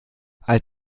als